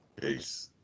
Peace